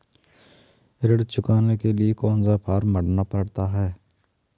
ऋण चुकाने के लिए कौन सा फॉर्म भरना पड़ता है?